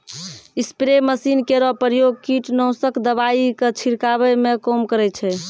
spray machine केरो प्रयोग कीटनाशक दवाई क छिड़कावै म काम करै छै